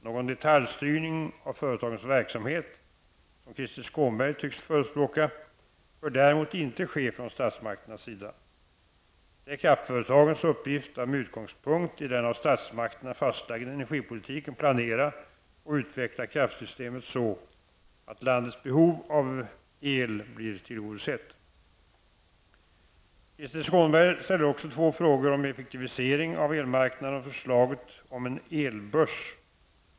Någon detaljstyrning av företagens verksamhet, som Krister Skånberg tycks förespråka, bör däremot inte ske från statsmakternas sida. Det är kraftföretagens uppgift att med utgångspunkt i den av statsmakterna fastlagda energipolitiken planera och utveckla kraftsystemet så att landets behov av el blir tillgodosett. Krister Skånberg ställer också två frågor om effektivisering av elmarknaden och förslaget om en elbörs.